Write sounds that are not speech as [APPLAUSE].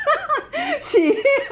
[LAUGHS] she [LAUGHS]